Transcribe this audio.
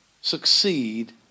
succeed